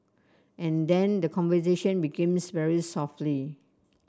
and then the conversation begins very softly